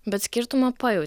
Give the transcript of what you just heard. bet skirtumą pajau